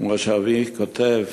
כמו שאבי כותב: